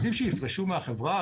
עובדים שיפרשו מהחברה,